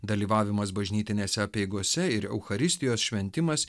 dalyvavimas bažnytinėse apeigose ir eucharistijos šventimas